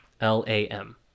L-A-M